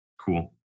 cool